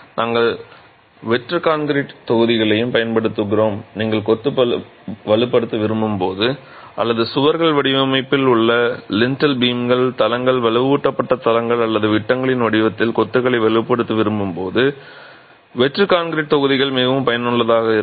நாங்கள் வெற்று கான்கிரீட் தொகுதிகளையும் பயன்படுத்துகிறோம் நீங்கள் கொத்துகளை வலுப்படுத்த விரும்பும் போது அல்லது சுவர்கள் வடிவில் அல்லது லிண்டல் பீம்கள் தளங்கள் வலுவூட்டப்பட்ட தளங்கள் அல்லது விட்டங்களின் வடிவத்தில் கொத்துகளை வலுப்படுத்த விரும்பும் போது வெற்று கான்கிரீட் தொகுதிகள் மிகவும் பயனுள்ளதாக இருக்கும்